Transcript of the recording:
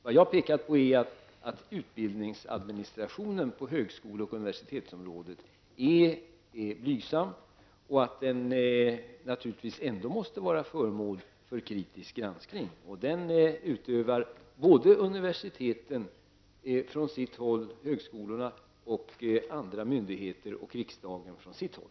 Vad jag har pekat på är att utbildningsadministrationen på högskole och universitetsområdet är blygsam. Den måste naturligtvis ändå vara föremål för kritisk granskning. Den utövar både universiteten och högskolorna från sitt håll och andra myndigheter och riksdagen från sitt håll.